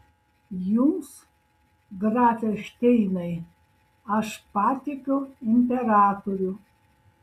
jums grafe šteinai aš patikiu imperatorių